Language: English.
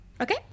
Okay